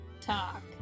talk